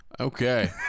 Okay